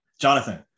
Jonathan